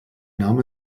name